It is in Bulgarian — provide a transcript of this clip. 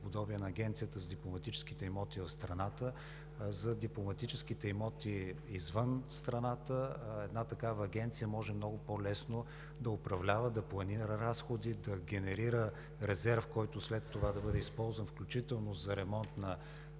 агенция за дипломатическите имоти извън страната по подобие на Агенцията за дипломатическите имоти в страната. Една такава агенция може много по-лесно да управлява, да планира разходи, да генерира резерв, който след това да бъде използван, включително за ремонт на